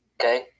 okay